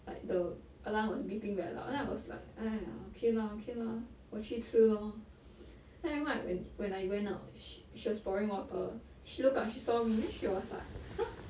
like the alarm was beeping very loud then I was like !aiya! okay lah okay lah 我去吃 lor then I rem~ like when when I went out when she was pouring water she look out she saw me then she was like !huh!